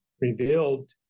revealed